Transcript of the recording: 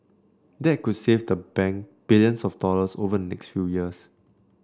that could save the bank billions of dollars over next few years